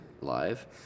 live